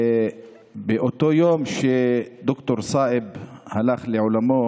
באותו יום שד"ר סאיב הלך לעולמו,